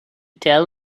tell